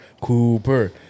Cooper